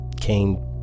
came